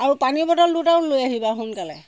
আৰু পানী বটল দুটাও লৈ আহিবা সোনকালে